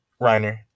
Reiner